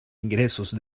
ingresos